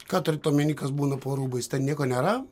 ką turint omeny kas būna po rūbais ten nieko nėra